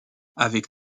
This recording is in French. avec